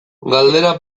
galdera